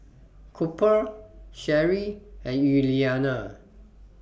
Cooper Sheri and Yuliana